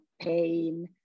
pain